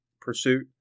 pursuit